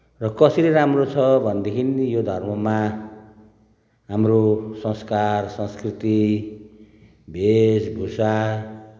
र कसरी राम्रो छ भनेदेखि यो धर्ममा हाम्रो संस्कार संस्कृति वेशभूषा